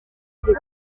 bari